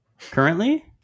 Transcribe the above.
Currently